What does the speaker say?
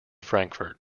frankfort